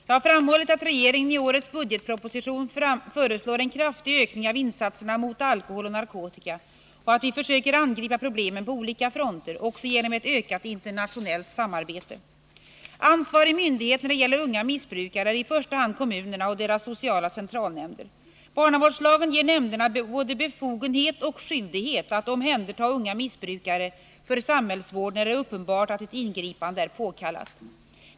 Jag har framhållit att regeringen i årets budgetproposition föreslår en kraftig ökning av insatserna mot alkohol och narkotika, och att vi försöker angripa problemen på olika fronter — också genom ett ökat internationellt samarbete. Ansvarig myndighet när det gäller unga missbrukare är i första hand kommunerna och deras sociala centralnämnder. Barnavårdslagen ger nämnderna både befogenhet och skyldighet att omhänderta unga missbrukare för samhällsvård när det är uppenbart att ett ingripande är påkallat.